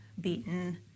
beaten